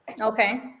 Okay